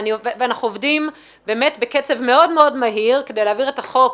ואנחנו עובדים באמת בקצב מאוד מאוד מהיר כדי להעביר את החוק